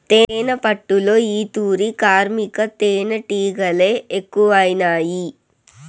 తేనెపట్టులో ఈ తూరి కార్మిక తేనీటిగలె ఎక్కువైనాయి